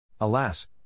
Alas